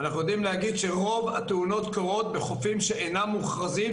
אנחנו יודעים להגיד שרוב התאונות קורות בחופים שאינם מוכרזים,